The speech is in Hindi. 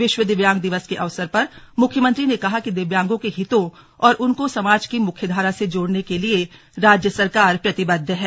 विश्व दिव्यांग दिवस के अवसर पर मुख्यमंत्री ने कहा कि दिव्यांगों के हितों और उनको समाज की मुख्यधारा से जोड़ने के लिए राज्य सरकार प्रतिबद्ध है